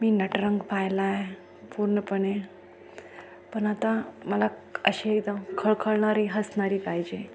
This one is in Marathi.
मी नटरंग पाहिला आहे पूर्णपणे पण आता मला असे एक खळखळणारी हसणारी पाहिजे